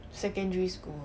secondary school